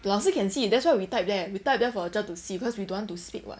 the 老师 can see that's why we type there we type there for the cher to see because we don't want to speak [what]